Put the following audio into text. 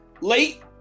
late